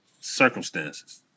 circumstances